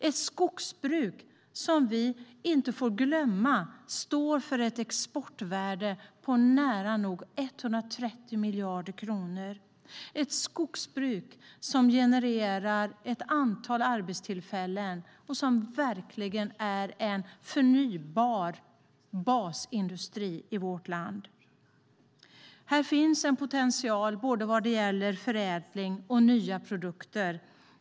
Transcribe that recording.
Vi får inte glömma att det är ett skogsbruk som står för ett exportvärde på nära nog 130 miljarder kronor. Det är ett skogsbruk som genererar ett antal arbetstillfällen och verkligen är en förnybar basindustri i vårt land. Här finns en potential vad gäller både förädling och nya produkter.